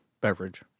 beverage